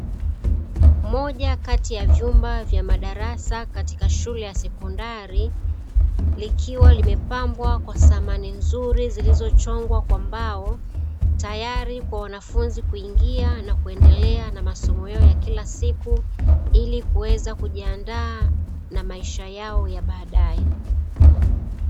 Moja kati ya vyumba vya madarasa katika shule ya sekondari likiwa limepambwa kwa samani nzuri zilizochongwa kwa mbao, tayari kwa wanafunzi kuingia na kuendwlea na masomo yao ya kila siku ili kuweza kujiandaa na maisha yao ya baadae.